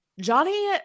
Johnny